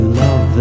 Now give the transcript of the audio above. love